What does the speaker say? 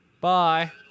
Bye